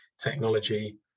technology